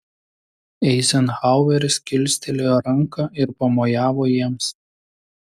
eizenhaueris kilstelėjo ranką ir pamojavo jiems